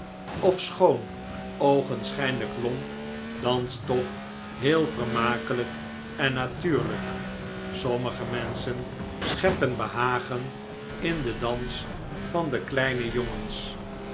ofschoon oogenschijnlijk lomp danst toch heel vermakelijk en natuurlijk sommige menschen scheppen behagen in den dans van de kleine jongens